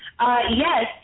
Yes